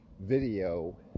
video